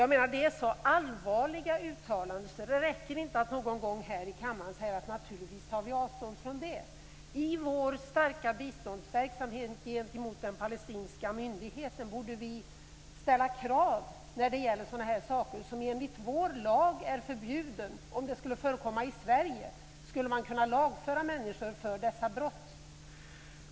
Jag menar att detta är så pass allvarliga uttalanden att det inte räcker att någon gång här i kammaren säga att vi naturligtvis tar avstånd från detta. I vår starka biståndsverksamhet borde vi ställa krav gentemot den palestinska myndigheten när det gäller sådana saker som är förbjudna enligt vår lag. Om det skulle förekomma i Sverige skulle man kunna lagföra människor för dessa brott.